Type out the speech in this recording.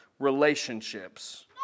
relationships